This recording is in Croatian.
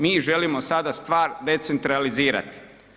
Mi želimo sada stvar decentralizirati.